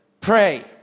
pray